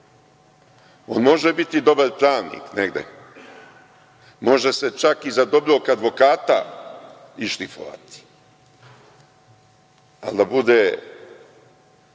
može biti dobar pravnik negde, može se čak i za dobrog advokata išlifovati, ali da bude